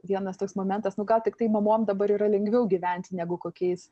vienas toks momentas nu gal tiktai mamom dabar yra lengviau gyventi negu kokiais